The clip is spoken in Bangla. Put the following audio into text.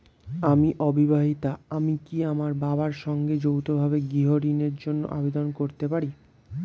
আমি অবিবাহিতা আমি কি আমার বাবার সঙ্গে যৌথভাবে গৃহ ঋণের জন্য আবেদন করতে পারি?